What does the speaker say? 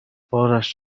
بارش